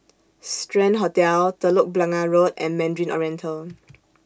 Strand Hotel Telok Blangah Road and Mandarin Oriental